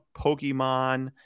Pokemon